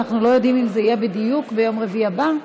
אנחנו לא יודעים אם זה יהיה בדיוק ביום רביעי הבא,